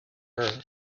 her